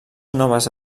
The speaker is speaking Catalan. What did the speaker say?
noves